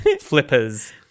flippers